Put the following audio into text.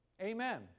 Amen